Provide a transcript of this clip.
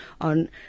on